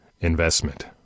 investment